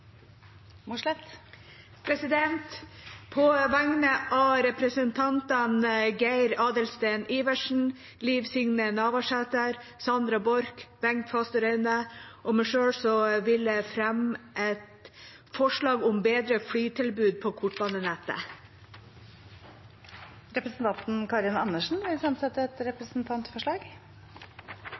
Mossleth vil fremsette et representantforslag. På vegne av representantene Geir Adelsten Iversen, Liv Signe Navarsete, Sandra Borch, Bengt Fasteraune og meg selv vil jeg fremme et forslag om et bedre flytilbud på kortbanenettet. Representanten Karin Andersen vil fremsette et representantforslag.